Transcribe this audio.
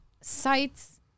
sites